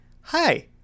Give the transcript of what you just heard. Hi